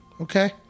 Okay